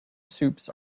soups